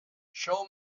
show